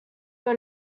your